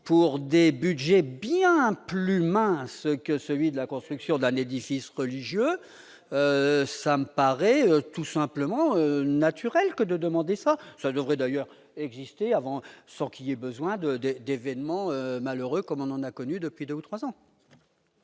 pour des Budgets bien plus mince que celui de la construction de la Médicis religieux, ça me paraît tout simplement naturel que de demander ça, ça devrait d'ailleurs existait avant, sans qu'il ait besoin de de d'événements malheureux comme on en a connu depuis 2 ou 3 ans.